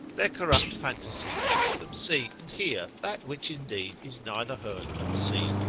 their corrupt phantasy makes them see and hear that which indeed is neither heard nor seen,